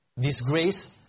disgrace